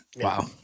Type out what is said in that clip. Wow